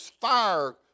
fire